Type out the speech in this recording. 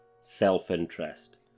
self-interest